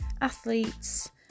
athletes